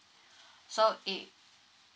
so it